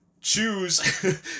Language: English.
choose